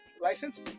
license